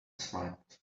smiled